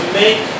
make